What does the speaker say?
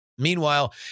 Meanwhile